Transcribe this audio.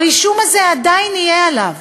הרישום הזה עדיין יהיה עליו.